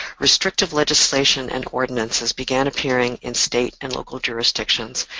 restrictive legislation and ordinances began appearing in state and local jurisdictions,